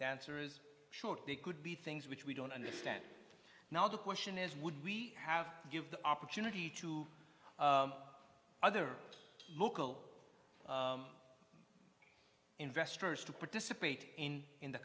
is short they could be things which we don't understand now the question is would we have to give the opportunity to other local investors to participate in in the